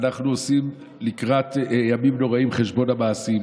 ואנחנו עושים לקראת הימים הנוראים חשבון המעשים,